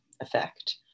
effect